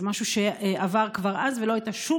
זה משהו שעבר כבר אז ולא הייתה שום